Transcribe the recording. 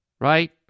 right